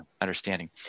understanding